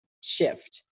shift